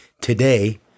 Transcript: today